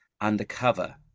undercover